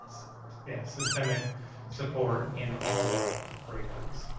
support. yeah, systemic support in all of our grade levels.